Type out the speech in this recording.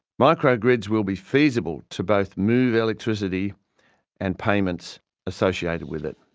microgrids will be feasible to both move electricity and payments associated with it.